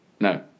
No